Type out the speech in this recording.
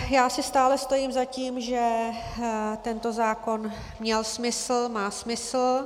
Já si stále stojím za tím, že tento zákon měl smysl, má smysl.